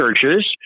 churches